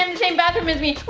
and same bathroom as me!